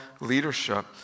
leadership